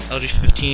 lg15